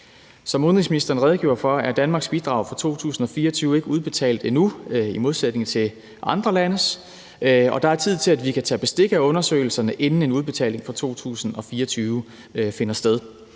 Som udenrigsministeren redegjorde for, er Danmarks bidrag for 2024 – i modsætning til andre landes – ikke udbetalt endnu, og der er tid til, at vi kan tage bestik af undersøgelserne, inden en udbetaling for 2024 finder sted.